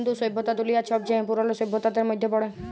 ইন্দু সইভ্যতা দুলিয়ার ছবচাঁয়ে পুরল সইভ্যতাদের মইধ্যে পড়ে